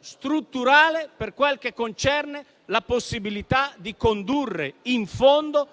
strutturale per quel che concerne la possibilità di condurre in fondo